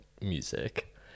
music